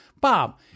Bob